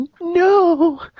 no